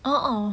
uh uh